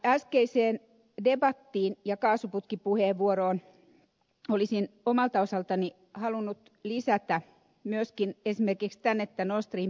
äskeiseen debattiin ja kaasuputkipuheenvuoroon olisin omalta osaltani halunnut lisätä myöskin esimerkiksi tänne tämän